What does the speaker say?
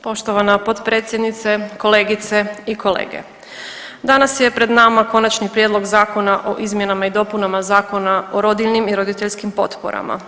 Poštovana potpredsjednice, kolegice i kolege, danas je pred nama Konačni prijedlog Zakona o izmjenama i dopunama Zakona o rodiljnim i roditeljskim potporama.